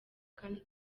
kandi